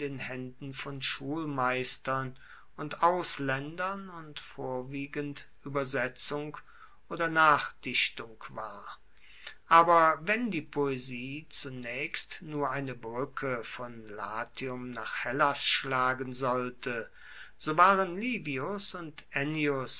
haenden von schulmeistern und auslaendern und vorwiegend uebersetzung oder nachdichtung war aber wenn die poesie zunaechst nur eine bruecke von latium nach hellas schlagen sollte so waren livius und